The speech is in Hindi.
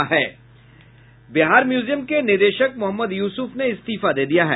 बिहार म्यूजियम के निदेशक मोहम्मद युसूफ ने इस्तीफा दे दिया है